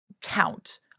count